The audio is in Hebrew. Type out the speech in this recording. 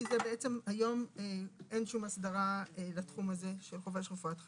כי בעצם היום אין שום הסדרה לתחום הזה של חובש רפואת חירום.